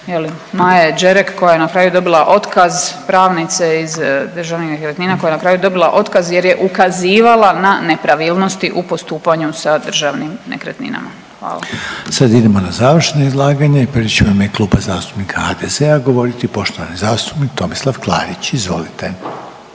Maje Đerek koja je na kraju dobila otkaz, pravnice iz Državnih nekretnina koja je na kraju dobila otkaz jer je ukazivala na nepravilnosti u postupanju sa državnim nekretninama. Hvala. **Reiner, Željko (HDZ)** Sad idemo na završna izlaganja i prvi će u ime Kluba zastupnika HDZ-a govoriti poštovani zastupnik Tomislav Klarić. Izvolite.